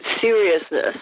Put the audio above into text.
seriousness